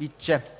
и че